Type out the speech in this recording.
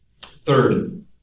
Third